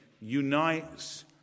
unites